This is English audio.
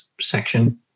Section